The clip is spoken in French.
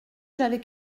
j’avais